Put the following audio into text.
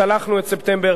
צלחנו את ספטמבר.